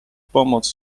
pomoc